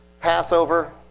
Passover